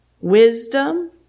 wisdom